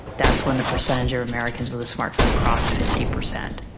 that's when the percentage of americans with a smart phone crossed fifty percent.